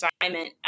assignment